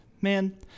man